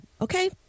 okay